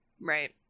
Right